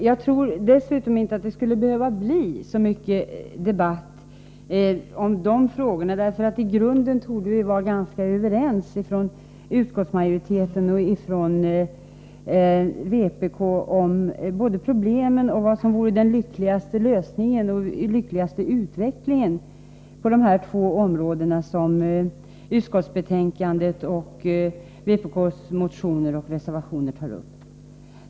Jag tror dessutom inte att det skulle behöva bli så mycket diskussion om dessa frågor, för i grunden torde vi inom utskottsmajoriteten och vpk vara ganska överens om problemen, om vad som vore den bästa lösningen och om vad som vore den lyckligaste utvecklingen på de två områden som utskottsbetänkandet och vpk:s motioner och reservationer tar upp.